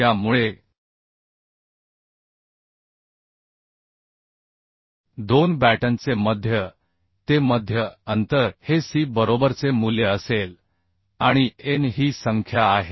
त्यामुळे 2 बॅटनचे मध्य ते मध्य अंतर हे सी बरोबरचे मूल्य असेल आणि एन ही संख्या आहे